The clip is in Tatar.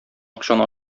акчаны